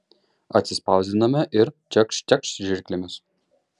atsispausdiname ir čekšt čekšt žirklėmis